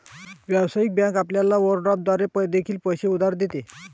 व्यावसायिक बँक आपल्याला ओव्हरड्राफ्ट द्वारे देखील पैसे उधार देते